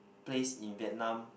place in vietnam